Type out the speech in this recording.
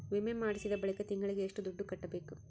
ವಿಮೆ ಮಾಡಿಸಿದ ಬಳಿಕ ತಿಂಗಳಿಗೆ ಎಷ್ಟು ದುಡ್ಡು ಕಟ್ಟಬೇಕು?